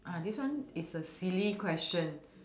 uh this one is a silly question